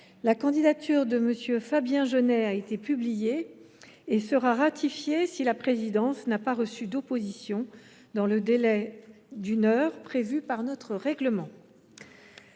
La candidature de M. Fabien Genet a été publiée et sera ratifiée si la présidence n’a pas reçu d’opposition dans le délai d’une heure prévue par notre règlement.